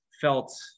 felt